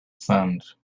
sand